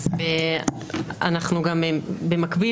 במקביל,